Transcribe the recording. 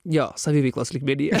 jo saviveiklos lygmenyje